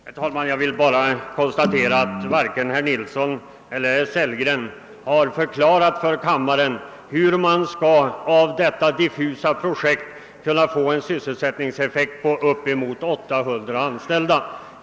Herr talman! Jag vill bara konstatera att varken herr Nilsson eller herr Sellgren har förklarat för kammaren hur man av detta diffusa projekt skall kunna få en sysselsättningseffekt på upp emot 800 anställda.